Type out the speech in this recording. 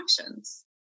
actions